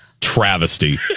travesty